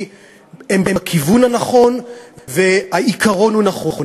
הן בכיוון הנכון והעיקרון הוא נכון.